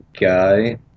guy